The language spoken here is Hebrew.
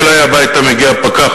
אם אלי הביתה מגיע פקח,